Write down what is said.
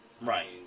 Right